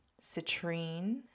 citrine